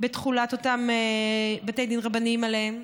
בתחולת אותם בתי דין רבניים עליהם.